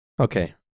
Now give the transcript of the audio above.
Okay